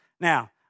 Now